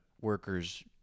workers